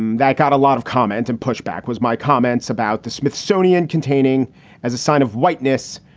um that got a lot of comment and pushback was my comments about the smithsonian containing as a sign of whiteness,